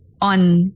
on